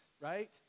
right